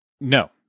No